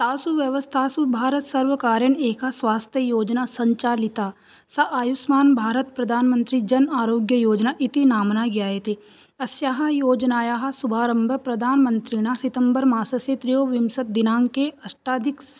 तासु व्यवस्थासु भारतसर्वकारेण एका स्वास्थ्ययोजना सञ्चालिता सा आयुष्मान् भारतप्रधानमन्त्री जन आरोग्ययोजना इति नाम्ना ज्ञायते अस्याः योजनायाः शुभारम्भः प्रधानमन्त्रिणा सितम्बर् मासस्य त्रयोविंशति दिनाङ्के अष्टाधिक